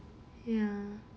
ya